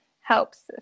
helps